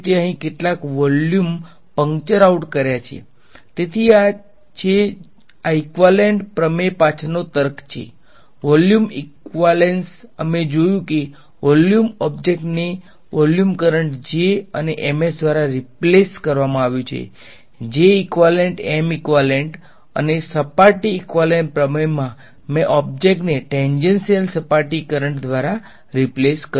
J equivalent M equivalent અને સપાટી equivalent પ્રમેયમા મેં ઓબ્જેક્ટને ટેંજેંશીયલ સપાટી કરંટ દ્વારા રીપ્લેસ કર્યું